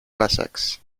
wessex